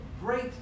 great